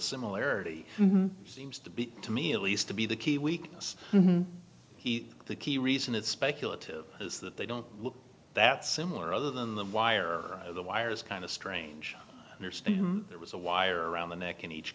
similarity seems to be to me at least to be the key weakness he the key reason it speculative is that they don't look that similar other than the wire the wires kind of strange there was a wire around the neck in each